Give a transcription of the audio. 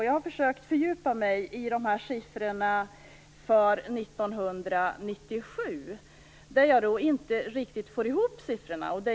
Jag har försökt fördjupa mig i siffrorna för 1997. Jag får inte riktigt ihop siffrorna.